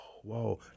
whoa